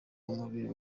umubiri